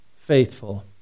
faithful